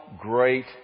great